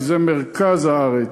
כי זה מרכז הארץ,